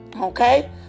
Okay